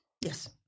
Yes